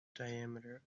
diameter